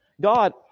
God